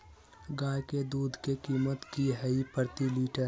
गाय के दूध के कीमत की हई प्रति लिटर?